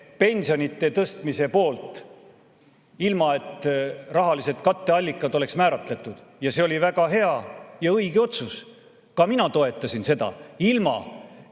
pensionide tõstmise poolt, ilma et rahalised katteallikad oleksid määratletud. Ja see oli väga hea ja õige otsus. Ka mina toetasin seda, ilma et